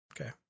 Okay